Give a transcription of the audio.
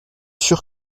sûr